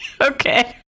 okay